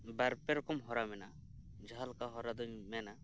ᱵᱟᱨᱯᱮ ᱨᱚᱠᱚᱢ ᱦᱚᱨᱟ ᱢᱮᱱᱟᱜᱼᱟ ᱡᱟᱦᱟᱸᱞᱮᱠᱟ ᱦᱚᱨᱟ ᱫᱚᱧ ᱢ ᱮᱱᱟ